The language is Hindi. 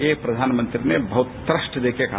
ये प्रधानमंत्री ने बहुत ही तृष्ट देकर कहा